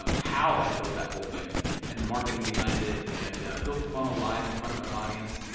um how i built that whole thing and the marketing behind it and built the funnel live in front of an audience,